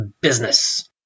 business